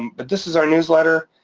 um but this is our newsletter,